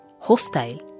hostile